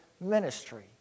ministry